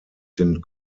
den